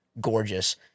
gorgeous